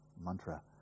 mantra